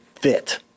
fit